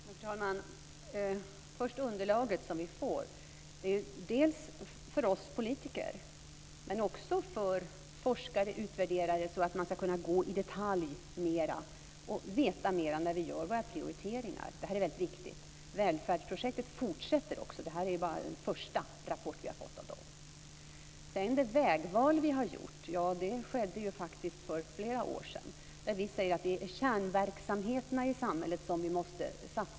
Fru talman! Det underlag som vi får är till för oss politiker men också för forskare och utvärderare, så att vi ska kunna se mer i detalj och veta mer när vi gör våra prioriteringar. Det är väldigt viktigt. Välfärdsprojektet fortsätter också. Det här är bara en första rapport som vi har fått. Vi gjorde faktiskt ett vägval för flera år sedan. Vi säger att vi måste satsa på kärnverksamheterna i samhället.